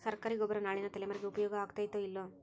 ಸರ್ಕಾರಿ ಗೊಬ್ಬರ ನಾಳಿನ ತಲೆಮಾರಿಗೆ ಉಪಯೋಗ ಆಗತೈತೋ, ಇಲ್ಲೋ?